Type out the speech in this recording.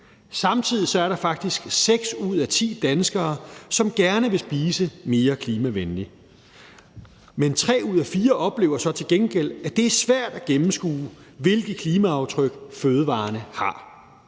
Samtidig er der faktisk seks ud af ti danskere, som gerne vil spise mere klimavenligt. Men tre ud af fire oplever så til gengæld, at det er svært at gennemskue, hvilke klimaaftryk fødevarerne har.